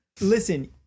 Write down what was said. Listen